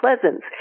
Pleasance